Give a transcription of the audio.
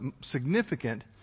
significant